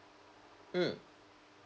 mm